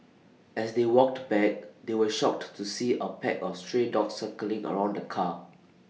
as they walked back they were shocked to see A pack of stray dogs circling around the car